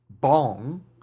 bong